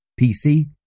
PC